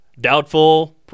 Doubtful